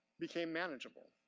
became manageable,